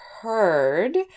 heard